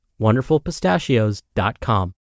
wonderfulpistachios.com